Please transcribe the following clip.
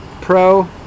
pro